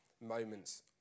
moments